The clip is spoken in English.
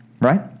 right